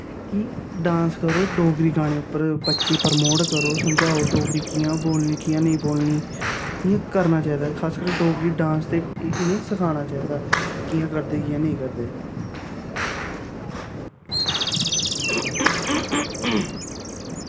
कि डांस करो डोगरी गानें उप्पर बच्चें गी प्रमोट करो समझाओ डोगरी कि'यां बोलनी कि'यां नेईं बोलनी इ'यां करना चाहिदा खासकरी डोगरी डांस ते इ'नेंगी सखाना चाहिदा कि'यां करदे कि'यां नेईं करदे